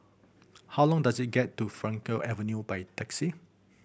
how long does it get to Frankel Avenue by taxi